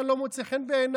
אתה לא מוצא חן בעיניי,